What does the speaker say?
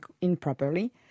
improperly